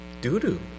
doo-doo